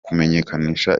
kumenyekanisha